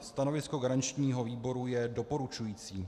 Stanovisko garančního výboru je doporučující.